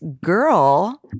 girl